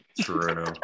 True